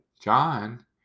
John